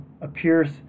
appears